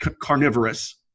carnivorous